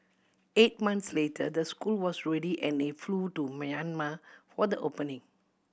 eight months later the school was ready and he flew to Myanmar for the opening